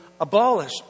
abolish